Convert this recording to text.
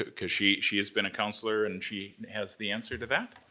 ah cause she she has been a counselor, and she has the answer to that.